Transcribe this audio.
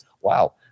wow